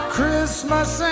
Christmas